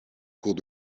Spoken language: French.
cours